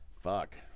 Fuck